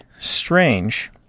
strange